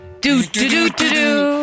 Do-do-do-do-do